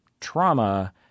trauma